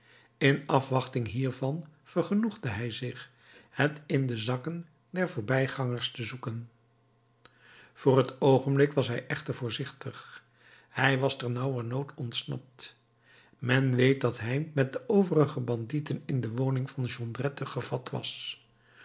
in afwachting hiervan vergenoegde hij zich het in de zakken der voorbijgangers te zoeken voor het oogenblik was hij echter voorzichtig hij was ternauwernood ontsnapt men weet dat hij met de overige bandieten in de woning van jondrette gevat was